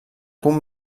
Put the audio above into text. punt